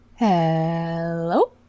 Hello